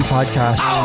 Podcast